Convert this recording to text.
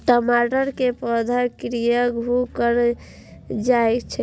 टमाटर के पौधा किया घुकर जायछे?